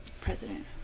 president